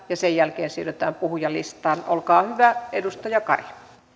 ja sen jälkeen siirrytään puhujalistaan olkaa hyvä edustaja kari kiitos